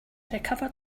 recovered